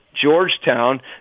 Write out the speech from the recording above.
Georgetown